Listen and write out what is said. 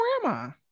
grandma